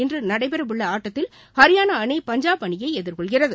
இன்று நடைபெறவுள்ள ஆட்டத்தில் ஹரியான அணி பஞ்சாப் அணியை எதிர்கொள்கிறது